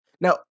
now